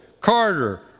Carter